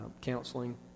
counseling